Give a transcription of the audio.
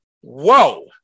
Whoa